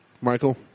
Michael